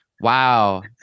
Wow